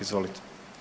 Izvolite.